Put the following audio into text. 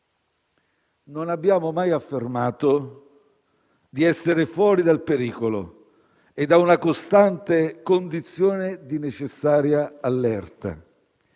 Non abbiamo mai affermato di essere fuori dal pericolo e da una costante condizione di necessaria allerta.